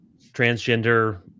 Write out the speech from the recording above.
transgender